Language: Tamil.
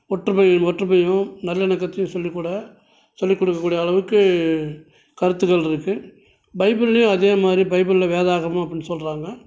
ஒற்றுமை ஒற்றுமையும் நல்லிணக்கணத்தையும் சொல்லி கூட சொல்லி கொடுக்கக்கூடிய அளவுக்கு கருத்துக்கள் இருக்குது பைபிள்லேயும் அதே மாதிரி பைபிள்ல வேதாகமும் அப்படின்னு சொல்கிறாங்க